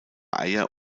eier